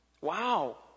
Wow